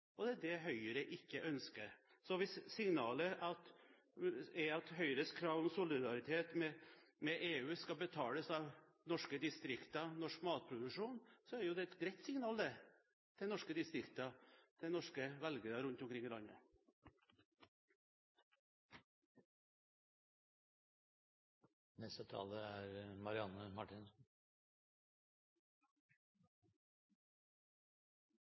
og det er det Høyre ikke ønsker. Hvis signalet er at Høyres krav om solidaritet med EU skal betales av norske distrikter og norsk matproduksjon, er det et greit signal til norske distrikter og til norske velgere rundt omkring i